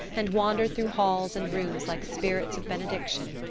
and wandered through halls and rooms like spirits of benediction.